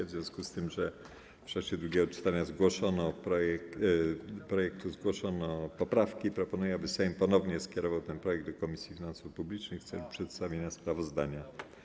W związku z tym, że w czasie drugiego czytania projektu ustawy zgłoszono poprawki, proponuję, aby Sejm ponownie skierował ten projekt do Komisji Finansów Publicznych w celu przedstawienia sprawozdania.